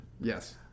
Yes